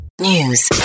news